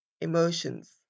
Emotions